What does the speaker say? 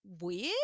weird